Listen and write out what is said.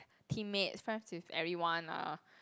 teammates friends with everyone lah